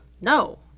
No